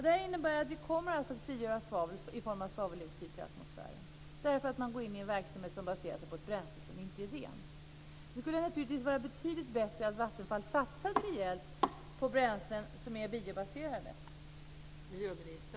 Det innebär att man kommer att frigöra svavel i form av svaveldioxid till atmosfären, därför att man går in i en verksamhet som baserar sig på ett bränsle som inte är rent. Det skulle naturligtvis vara betydligt bättre att Vattenfall satsade rejält på bränslen som är biobaserade.